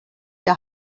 der